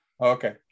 Okay